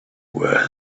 where